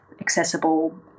accessible